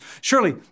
Surely